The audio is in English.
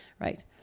right